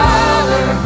Father